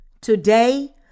Today